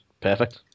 perfect